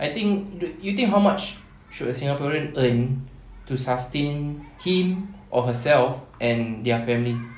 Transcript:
I think you think how much should a singaporean earn to sustain him or herself and their family